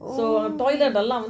ooh